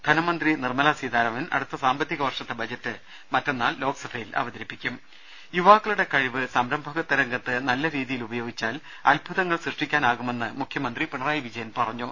ധനമന്ത്രി നിർമലാ സീതാരാമൻ അടുത്ത സാമ്പത്തിക വർഷത്തെ ബജറ്റ് മറ്റന്നാൾ ലോക്സഭയിൽ അവതരിപ്പിക്കും ദേദ യുവാക്കളുടെ കഴിവ് സംരംഭകത്വ രംഗത്ത് നല്ല രീതിയിൽ ഉപയോഗിച്ചാൽ അത്ഭുതങ്ങൾ സൃഷ്ടിക്കാനാകുമെന്ന് മുഖ്യമന്ത്രി പിണറായി വിജയൻ പറഞ്ഞു